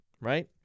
right